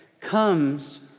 comes